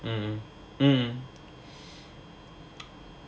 mm mm